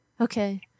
Okay